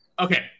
Okay